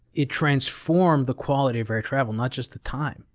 it transformed the quality of air travel, not just the time.